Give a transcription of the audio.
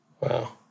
Wow